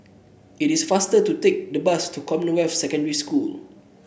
it is faster to take the bus to Commonwealth Secondary School